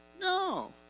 No